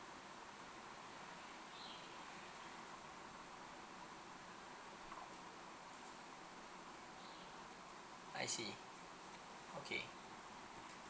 I see okay